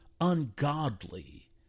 ungodly